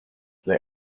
they